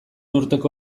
urteko